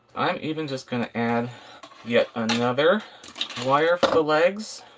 i'm even just going to add yet another wire for the legs.